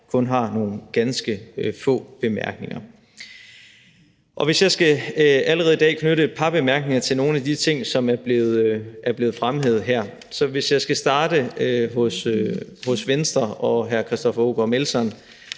kun har nogle ganske få bemærkninger. Hvis jeg allerede i dag skal knytte et par bemærkninger til nogle af de ting, som er blevet fremhævet her, kan jeg starte hos Venstre og Christoffer Aagaard Melson,